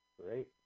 Great